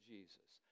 Jesus